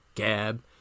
gab